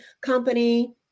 company